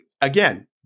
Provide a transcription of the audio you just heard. again